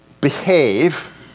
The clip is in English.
behave